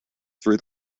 through